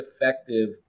effective